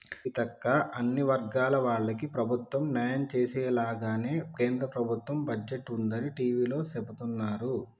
సీతక్క అన్ని వర్గాల వాళ్లకి ప్రభుత్వం న్యాయం చేసేలాగానే కేంద్ర ప్రభుత్వ బడ్జెట్ ఉందని టివీలో సెబుతున్నారు